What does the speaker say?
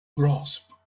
grasp